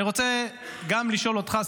ואני רוצה לשאול גם אותך,